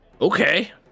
Okay